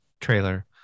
trailer